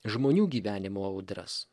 žmonių gyvenimo audras